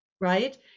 Right